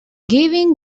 gavin